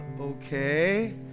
Okay